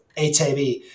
HIV